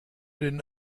den